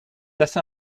assez